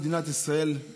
במדינת ישראל,